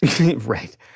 Right